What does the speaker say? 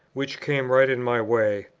which came right in my way,